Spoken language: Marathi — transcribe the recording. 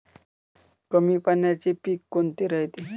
कमी पाण्याचे पीक कोनचे रायते?